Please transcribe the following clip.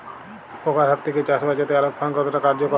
পোকার হাত থেকে চাষ বাচাতে আলোক ফাঁদ কতটা কার্যকর?